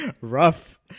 rough